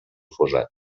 fossat